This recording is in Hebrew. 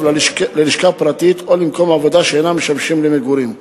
ללשכה פרטית או למקום עבודה שאינם משמשים למגורים.